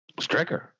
Stricker